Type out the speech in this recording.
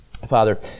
Father